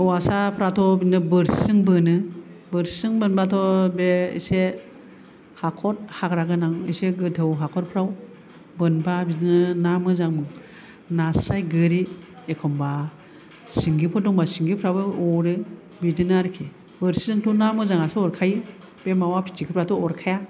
हौवासाफोराथ' बिदिनो बोरसिजों बोनो बोरसिजों बोनबाथ' बे एसे हाखर हाग्रा गोनां एसे गोथौ हाखरफ्राव बोनबा बिदिनो ना मोजां नास्राय गोरि एखनबा सिंगिफोर दंबा सिंगि फ्राबो अरो बिदिनो आरोखि बोरसिजोंथ' ना मोजां आसो अरखायो बे मावा फिथिख्रि फ्राथ' अरखाया